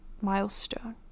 milestone